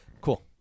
Cool